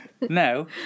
No